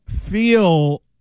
feel